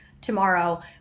tomorrow